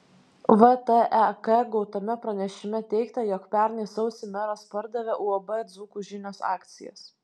vtek gautame pranešime teigta jog pernai sausį meras pardavė uab dzūkų žinios akcijas